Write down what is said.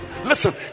listen